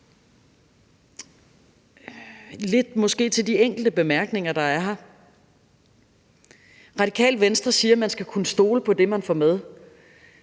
lidt til de enkelte bemærkninger, der har været her. Radikale Venstre siger, at man skal kunne stole på det, man får med,